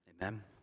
Amen